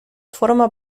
forma